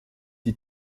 die